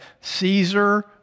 Caesar